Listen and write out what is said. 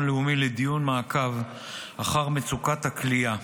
לאומי לדיון מעקב אחר מצוקת הכליאה.